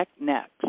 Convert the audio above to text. next